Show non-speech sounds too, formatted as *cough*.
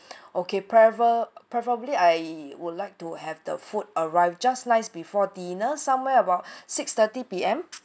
okay prefer preferably I would like to have the food arrived just nice before dinner somewhere about *breath* six-thirty P_M